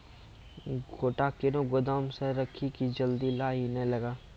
गोटा कैनो गोदाम मे रखी की जल्दी लाही नए लगा?